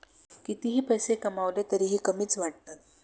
कितीही पैसे कमावले तरीही कमीच वाटतात